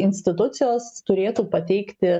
institucijos turėtų pateikti